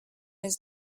his